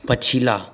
पछिला